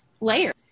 layer